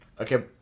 Okay